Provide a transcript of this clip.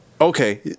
Okay